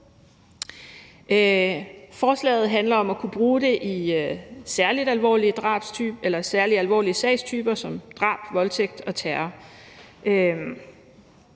Forslaget handler om at kunne bruge genetisk slægtsforskning ved særlig alvorlige sagstyper som drab, voldtægt og terror.